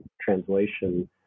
translation